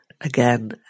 again